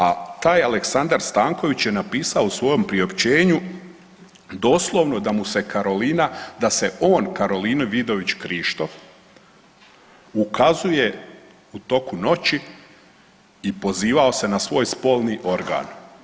A taj Aleksandar Stanković je napisao u svom priopćenu doslovno da mu se Karolina da se on Karolini Vidović Krišto ukazuje u toku noći i pozivao se na spolni organ.